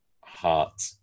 heart